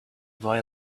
boy